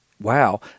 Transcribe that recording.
wow